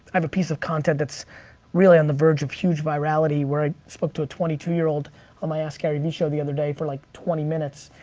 i have a piece of content that's really on the verge of huge virality where i spoke to a twenty two year old on my askgaryvee show the other day for like twenty minutes.